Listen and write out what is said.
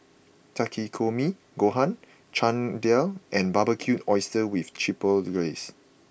Takikomi Gohan Chana Dal and Barbecued Oysters with Chipotle Glaze